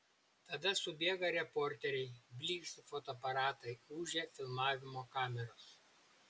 tada subėga reporteriai blyksi fotoaparatai ūžia filmavimo kameros